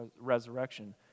resurrection